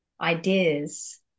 ideas